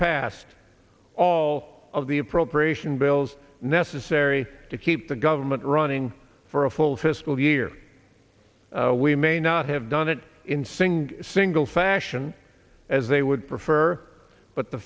passed all of the appropriation bills necessary to keep the government running for a full fiscal year we may not have done it in sing single fashion as they would prefer but the